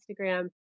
Instagram